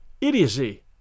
idiocy